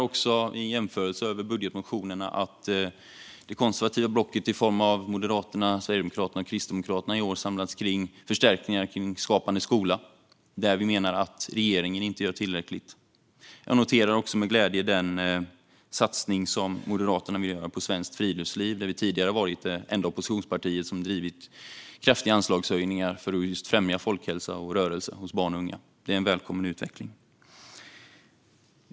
Vid en jämförelse av budgetmotionerna noterar jag att det konservativa blocket - Moderaterna, Sverigedemokraterna och Kristdemokraterna - i år samlats kring förstärkningar till Skapande skola, där vi menar att regeringen inte gör tillräckligt. Jag noterar också med glädje den satsning som Moderaterna vill göra på svenskt friluftsliv. Tidigare har vi varit det enda oppositionsparti som drivit kraftiga anslagshöjningar för att främja folkhälsa och rörelse hos barn och unga. Det är en välkommen utveckling.